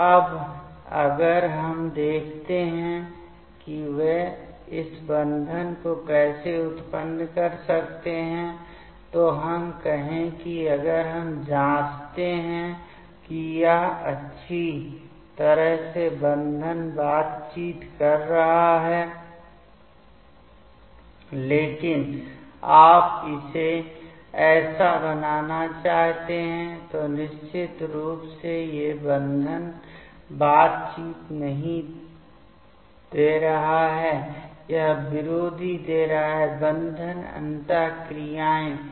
तो अब अगर हम देखते हैं कि वे इस बंधन को कैसे उत्पन्न कर सकते हैं तो हम कहें कि अगर हम जांचते हैं कि यह अच्छी तरह से बंधन बातचीत कर रहा है लेकिन आप इसे ऐसा बनाना चाहते हैं तो निश्चित रूप से यह बंधन बातचीत नहीं दे रहा है यह विरोधी दे रहा है बंधन अंतःक्रियाएं